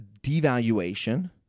devaluation